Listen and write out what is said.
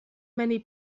many